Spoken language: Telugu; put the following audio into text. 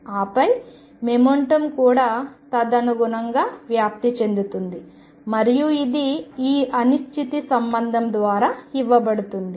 ఆపై మొమెంటం కూడా తదనుగుణంగా వ్యాప్తి చెందుతుంది మరియు ఇది ఈ అనిశ్చితి సంబంధం ద్వారా ఇవ్వబడుతుంది